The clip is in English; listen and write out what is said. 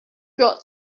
got